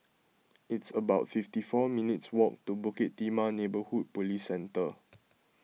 it's about fifty four minutes' walk to Bukit Timah Neighbourhood Police Centre